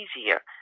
easier